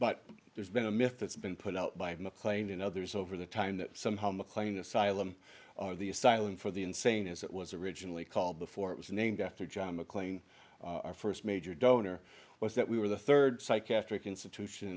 but there's been a myth that's been put out by mclain and others over the time that somehow mclean asylum the asylum for the insane as it was originally called before it was named after john mcclane our first major donor was that we were the third psychiatric institution